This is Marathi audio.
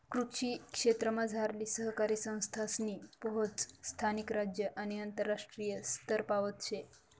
कृषी क्षेत्रमझारली सहकारी संस्थासनी पोहोच स्थानिक, राज्य आणि आंतरराष्ट्रीय स्तरपावत शे